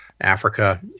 Africa